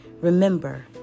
Remember